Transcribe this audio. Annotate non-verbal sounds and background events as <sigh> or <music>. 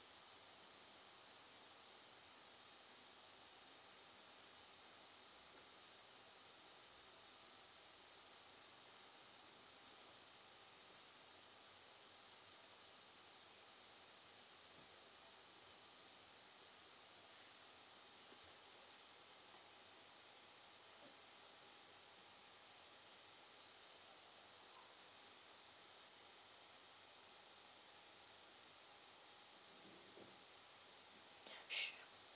<breath> <noise>